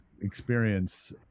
experience